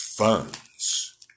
Funds